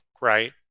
right